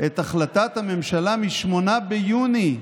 את החלטת הממשלה מ-8 ביוני,